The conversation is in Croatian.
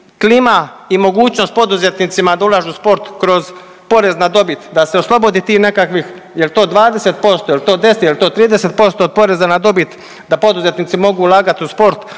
klima i mogućnost poduzetnicima da ulažu u sport kroz porez na dobit da se oslobode tih nekakvih jel to 20%, jel to 10, jel to 30% od poreza na dobit da poduzetnici mogu ulagati u sport,